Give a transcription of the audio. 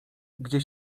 gdzie